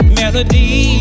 melody